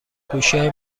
گوشیهای